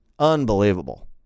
unbelievable